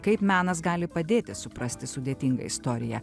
kaip menas gali padėti suprasti sudėtingą istoriją